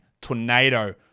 tornado